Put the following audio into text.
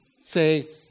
say